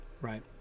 right